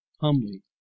Humbly